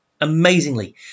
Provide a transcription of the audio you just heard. amazingly